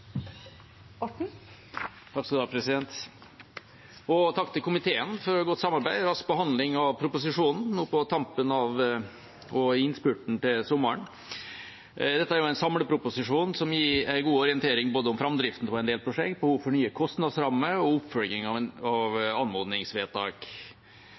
Takk til komiteen for godt samarbeid og rask behandling av proposisjonen nå på tampen og i innspurten til sommeren. Dette er en samleproposisjon som gir en god orientering både om framdriften på en del prosjekt, behov for nye kostnadsrammer og oppfølging av anmodningsvedtak. Det er en